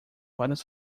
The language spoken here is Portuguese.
vários